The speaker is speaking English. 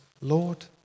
Lord